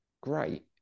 great